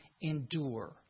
endure